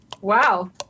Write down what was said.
Wow